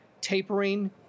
tapering